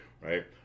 Right